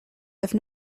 have